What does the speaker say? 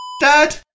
Dad